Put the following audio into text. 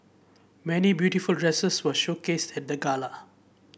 many beautiful dresses were showcased at the gala